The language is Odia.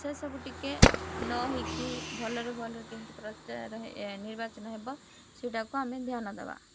ସେସବୁ ଟିକେ ନ ହେଇକି ଭଲରେ ଭଲ କେମିତି ନିର୍ବାଚନ ହେବ ସେଇଟାକୁ ଆମେ ଧ୍ୟାନ ଦେବା